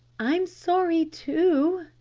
i'm sorry too,